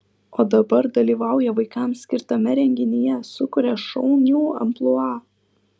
o dabar dalyvauja vaikams skirtame renginyje sukuria šaunių amplua